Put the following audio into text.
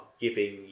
giving